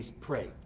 pray